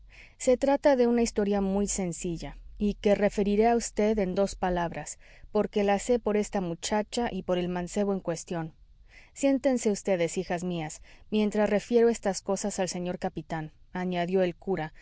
se trata de una historia muy sencilla y que referiré a vd en dos palabras porque la sé por esta muchacha y por el mancebo en cuestión siéntense vds hijas mías mientras refiero estas cosas al señor capitán añadió el cura